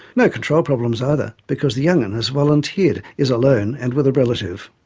no control problems either, because the young'un has volunteered, is alone, and with a relative.